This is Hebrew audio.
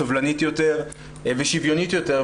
סובלנית יותר ושוויונית יותר,